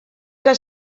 que